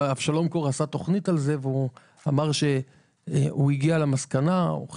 אבשלום קור עשה על זה תוכנית והוא הגיע למסקנה ואף